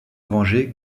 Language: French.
venger